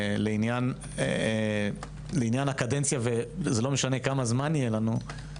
לעניין הקדנציה, זה לא משנה כמה זמן יהיה לנו.